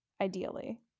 Ideally